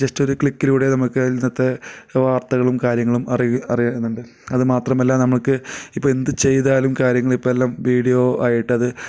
just ഒരു ക്ലിക്കിലൂടെ നമുക്ക് ഇന്നത്തെ വാർത്തകളും കാര്യങ്ങളും അറിയുക അറിയുന്നുണ്ട് അതു മാത്രമല്ല നമുക്ക് ഇപ്പോൾ എന്തു ചെയ്താലും കാര്യങ്ങളിപ്പം എല്ലാം വീഡിയോ ആയിട്ടത്